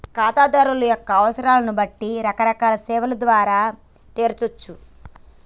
ఖాతాదారుల యొక్క అవసరాలను బట్టి రకరకాల సేవల ద్వారా తీర్చచ్చు